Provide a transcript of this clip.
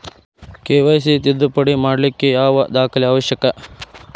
KYC ತಿದ್ದುಪಡಿ ಮಾಡ್ಲಿಕ್ಕೆ ಯಾವ ದಾಖಲೆ ಅವಶ್ಯಕ?